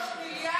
53 מיליארד לחרדים.